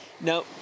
Now